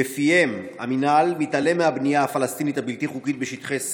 שלפיה המינהל מתעלם מהבנייה הפלסטינית הבלתי-חוקית בשטחי C,